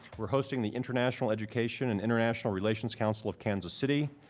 we're hosting the international education and international relations council of kansas city.